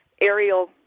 aerial